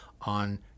on